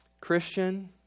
Christian